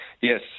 Yes